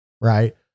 right